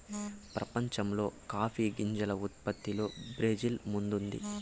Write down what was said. ప్రపంచంలో కాఫీ గింజల ఉత్పత్తిలో బ్రెజిల్ ముందుంది